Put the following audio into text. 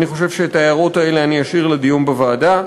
אני חושב שאת ההערות האלה אני אשאיר לדיון בוועדה,